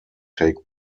take